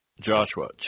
Joshua